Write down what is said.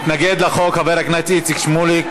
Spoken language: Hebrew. מתנגד לחוק, חבר הכנסת איציק שמולי.